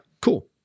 Cool